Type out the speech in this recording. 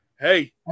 Hey